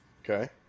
Okay